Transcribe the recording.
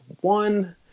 One